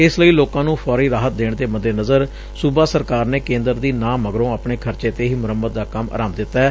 ਇਸ ਲਈ ਲੋਕਾਂ ਨੂੰ ਫੌਰੀ ਰਾਹਤ ਦੇਣ ਦੇ ਮੱਦੇਨਜ਼ਰ ਸੁਬਾ ਸਰਕਾਰ ਨੇ ਕੇਂਦਰ ਦੀ ਨਾਂਹ ਮਗਰੋਂ ਆਪਣੇ ਖ਼ਰਚੇ ਤੇ ਹੀ ਮੁਰੰਮਤ ਦਾ ਕੰਮ ਆਰੰਭ ਦਿੱਤੈ